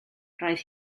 roedd